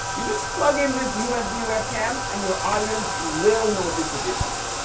you just plug in this usb webcam and your audience will notice a difference.